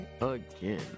again